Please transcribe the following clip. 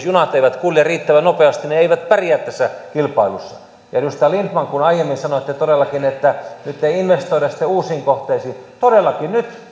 junat eivät kulje riittävän nopeasti ne eivät pärjää tässä kilpailussa ja edustaja lindtman kun aiemmin sanoitte todellakin että nyt ei investoida sitten uusiin kohteisiin todellakin nyt